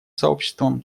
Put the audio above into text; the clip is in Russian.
сообществом